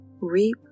reap